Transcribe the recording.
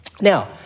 Now